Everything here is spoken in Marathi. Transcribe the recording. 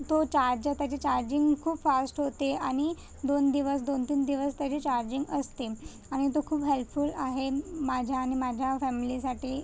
तो चार्ज त्याची चार्जिंग खूप फास्ट होते आणि दोन दिवस दोन तीन दिवस त्याची चार्जिंग असते आणि तो खूप हेल्पफूल आहे माझ्या आणि माझ्या फॅम्लीसाठी